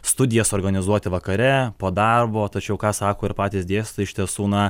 studijas organizuoti vakare po darbo tačiau ką sako ir patys dėsto iš tiesų na